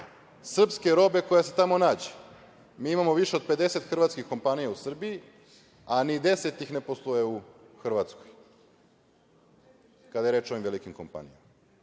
srpske robe koja se tamo nađe. Mi imamo više od 50 hrvatskih kompanija u Srbiji, a ni 10 ih ne posluje u Hrvatskoj, kada je reč o ovim velikim kompanijama.